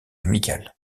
amical